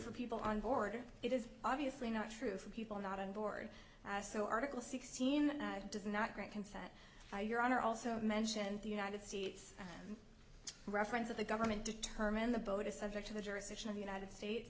for people on board it is obviously not true for people not an board so article sixteen does not grant consent by your honor also mentioned the united states reference of the government determine the boat is subject to the jurisdiction of the united states